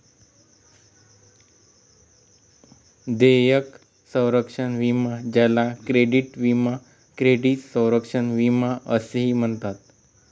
देयक संरक्षण विमा ज्याला क्रेडिट विमा क्रेडिट संरक्षण विमा असेही म्हणतात